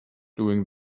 doing